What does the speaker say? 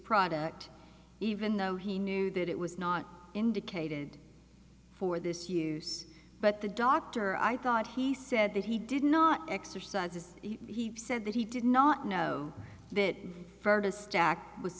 product even though he knew that it was not indicated for this use but the doctor i thought he said that he did not exercise as he said that he did not know that